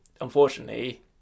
Unfortunately